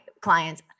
clients